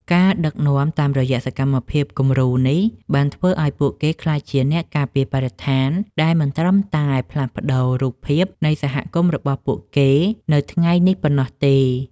ការដឹកនាំតាមរយៈសកម្មភាពគំរូនេះ បានធ្វើឱ្យពួកគេក្លាយជា អ្នកការពារបរិស្ថាន ដែលមិនត្រឹមតែផ្លាស់ប្តូររូបភាពនៃសហគមន៍របស់ពួកគេនៅថ្ងៃនេះប៉ុណ្ណោះទេ។